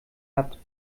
habt